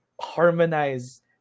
harmonize